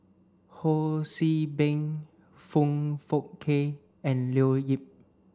Ho See Beng Foong Fook Kay and Leo Yip